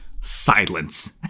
Silence